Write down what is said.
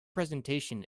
presentation